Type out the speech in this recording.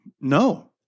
No